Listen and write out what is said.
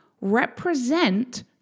represent